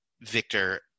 Victor